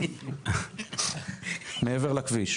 מעבר לכביש.